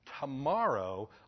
tomorrow